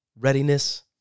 readiness